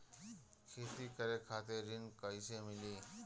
खेती करे खातिर ऋण कइसे मिली?